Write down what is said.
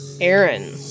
Aaron